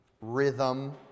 rhythm